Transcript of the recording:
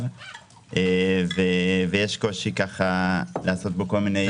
מאוד ויש קושי לעשות בו כל מיני דברים.